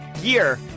year